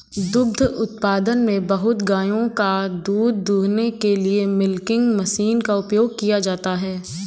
दुग्ध उत्पादन में बहुत गायों का दूध दूहने के लिए मिल्किंग मशीन का उपयोग किया जाता है